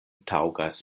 taŭgas